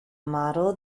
model